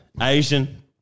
Asian